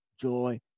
joy